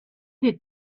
had